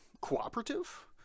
cooperative